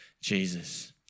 Jesus